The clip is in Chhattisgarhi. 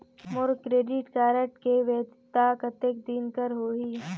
मोर क्रेडिट कारड के वैधता कतेक दिन कर होही?